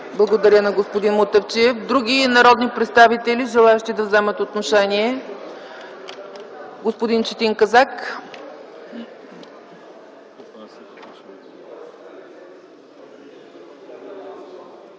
Благодаря на господин Мутафчиев. Има ли други народни представители, желаещи да вземат отношение? Господин Казак,